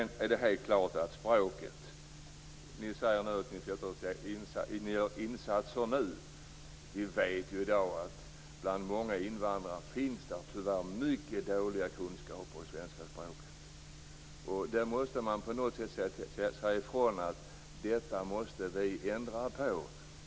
Ni säger att ni gör insatser nu. Men vi vet att många invandrare i dag tyvärr har mycket dåliga kunskaper i svenska språket. Där måste man på något sätt säga ifrån, säga att detta måste vi ändra på.